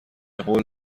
قول